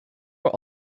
were